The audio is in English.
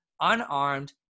unarmed